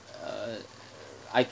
uh I